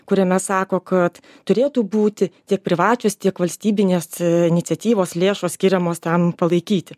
kuriame sako kad turėtų būti tiek privačios tiek valstybinės iniciatyvos lėšos skiriamos tam palaikyti